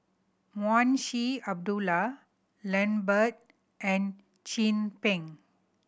Munshi Abdullah Lambert and Chin Peng